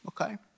okay